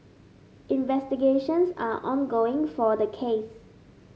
investigations are ongoing for the case